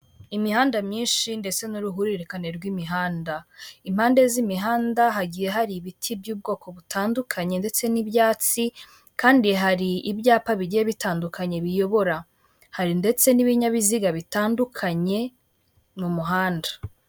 Ahantu ndahabona umuntu mu kayira k'abanyamaguru arimo aragenda bika bigaragara ko hari n'undi muntu wicaye munsi y'umutaka wa emutiyeni ndetse bikaba bigaragara ko uyu muntu acuruza amayinite bikaba binagaragara ko hari imodoka y'umukara ndetse na taransifa y'amashanyarazi.